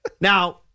Now